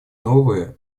новые